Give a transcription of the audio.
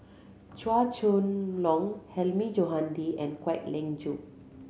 Chua Chong Long Hilmi Johandi and Kwek Leng Joo